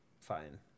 fine